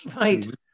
Right